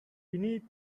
beneath